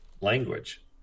language